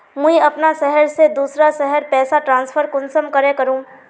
मुई अपना शहर से दूसरा शहर पैसा ट्रांसफर कुंसम करे करूम?